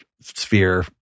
sphere